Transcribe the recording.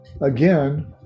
Again